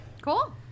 Cool